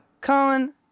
colin